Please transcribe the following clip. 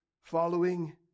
Following